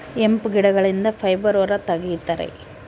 hemp ಗಿಡಗಳಿಂದ fibre ಹೊರ ತಗಿತರೆ